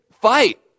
fight